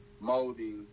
Molding